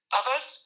others